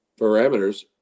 parameters